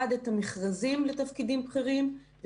1. את המכרזים לתפקידים בכירים,